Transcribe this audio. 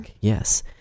Yes